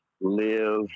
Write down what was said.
live